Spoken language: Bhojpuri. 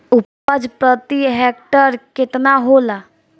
उपज प्रति हेक्टेयर केतना होला?